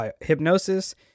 hypnosis